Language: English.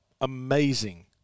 Amazing